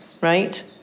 right